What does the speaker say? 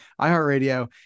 iHeartRadio